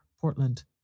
Portland